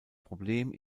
problem